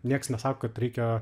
nieks nesako kad reikia